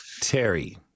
Terry